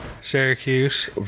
Syracuse